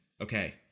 okay